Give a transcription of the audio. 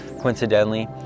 coincidentally